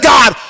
God